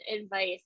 advice